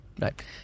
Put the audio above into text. right